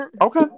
Okay